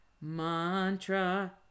mantra